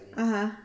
(uh huh)